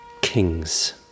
kings